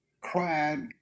cried